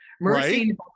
mercy